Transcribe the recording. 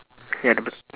ya the b~